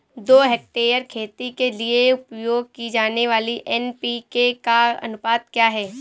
दो हेक्टेयर खेती के लिए उपयोग की जाने वाली एन.पी.के का अनुपात क्या है?